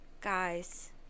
Guys